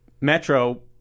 Metro